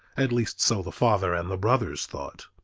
at least so the father and the brothers thought.